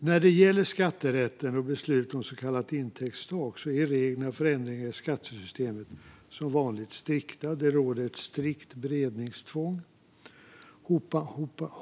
När det gäller skatterätten och beslut om ett så kallat intäktstak är reglerna för ändringar i skattesystemet som vanligt strikta; det råder ett strikt beredningstvång.